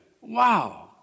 Wow